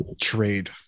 trade